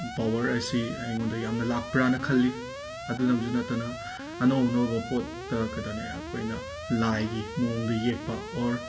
power ꯑꯁꯤ ꯑꯩꯉꯣꯟꯗ ꯌꯥꯝꯅ ꯂꯥꯛꯄ꯭ꯔꯥꯅ ꯈꯜꯂꯤ ꯑꯗꯨꯇꯪꯁꯨ ꯅꯠꯇꯅ ꯑꯅꯧ ꯑꯅꯧꯕ ꯄꯣꯠꯇ ꯈꯠꯇꯅꯦ ꯑꯩꯈꯣꯏꯅ ꯂꯥꯏꯒꯤ ꯃꯑꯣꯡꯗꯨ ꯌꯦꯡꯄ ꯑꯣꯔ